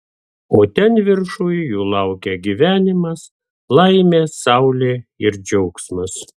o ten viršuj jų laukia gyvenimas laimė saulė ir džiaugsmas